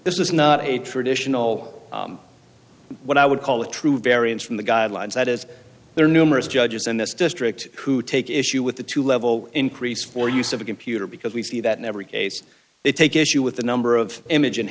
this is not a traditional what i would call a true variance from the guidelines that as there are numerous judges in this district who take issue with the two level increase for use of a computer because we see that in every case they take issue with the number of image